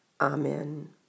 Amen